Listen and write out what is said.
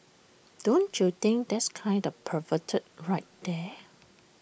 don't you think that's kind of perverted right there